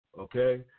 okay